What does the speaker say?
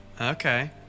Okay